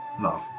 love